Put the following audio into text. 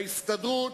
להסתדרות,